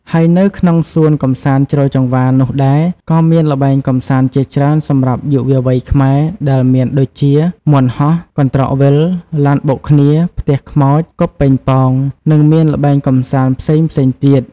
ហើយនៅក្នុងសួនកំសាន្តជ្រោយចង្វានោះដែរ ក៏មានល្បែងកំសាន្តជាច្រើនសម្រាប់យុវវ័យខ្មែរ ដែលមានដូចជា មាន់ហោះ កន្ត្រកវិល ឡានបុកគ្នា ផ្ទះខ្មោច គប់ប៉េងប៉ោង និងមានល្បែងកំសាន្តផ្សេងៗទៀត។